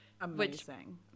amazing